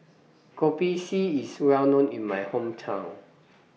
Kopi C IS Well known in My Hometown